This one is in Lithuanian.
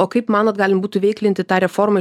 o kaip manot galim būtų įveiklinti tą reformą